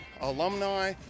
alumni